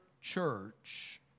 church